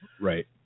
Right